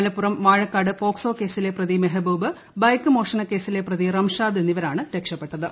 Malappuram Vazhakkad POCSO കേസിലെ പ്രതി Mehaboob bike മോഷണക്കേസിലെ പ്രതി റംഷാദ് എന്നിവരാണ് രക്ഷപ്പെട്ടത്